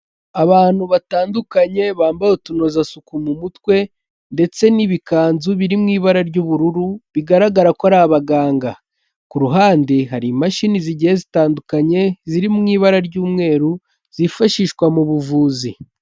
Abantu batandukanye bambaye utunozasuku mu mutwe, ndetse n'ibikanzu biri mu ibara ry'ubururu, bigaragara ko ari abaganga, ku ruhande hari imashini zigiye zitandukanye, ziri mu ibara ry'umweru zifashishwa mu buvuzi.